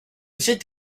site